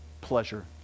pleasure